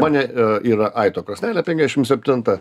mane yra aito krosnelė penkiasdešim septinta